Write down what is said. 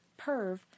Perv